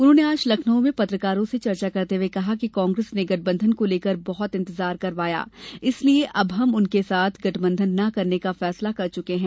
उन्होंने आज लखनऊ में पत्रकारों से चर्चा करते हुए कहा कि कांग्रेस ने गठबंधन को लेकर बहुत इंतजार करवाया इसलिए अब हमने उसके साथ गठबंधन न करने का फैसला लिया है